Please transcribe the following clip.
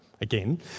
Again